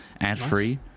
ad-free